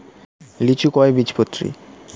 লিচু কয় বীজপত্রী?